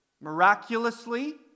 Miraculously